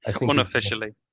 unofficially